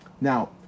Now